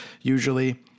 usually